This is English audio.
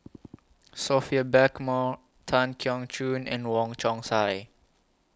Sophia Blackmore Tan Keong Choon and Wong Chong Sai